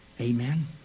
Amen